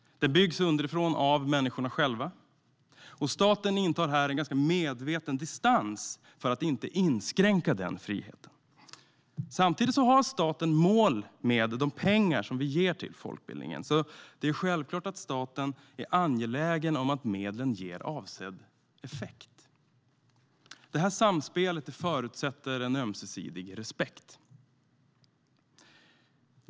Den byggs underifrån, av människorna själva, och staten intar här en ganska medveten distans för att inte inskränka den friheten. Samtidigt har staten mål med de pengar vi ger till folkbildningen, så det är självklart att staten är angelägen om att medlen ska ge avsedd effekt. Detta samspel förutsätter en ömsesidig respekt.